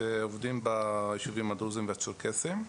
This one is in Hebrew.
שעובדים ביישובים הדרוזים והצ'רקסיים,